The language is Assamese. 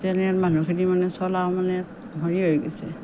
জেনেৰেল মানুহখিনিৰ মানে চলা মানে হেৰি হৈ গৈছে